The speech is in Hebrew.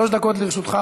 שלוש דקות לרשותך.